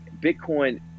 Bitcoin